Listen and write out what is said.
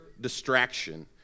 distraction